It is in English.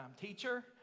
teacher